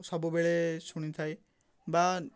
ସବୁବେଳେ ଶୁଣିଥାଏ ବା